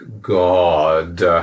god